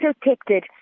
protected